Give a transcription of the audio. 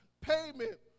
payment